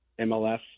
MLS